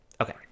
Okay